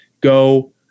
go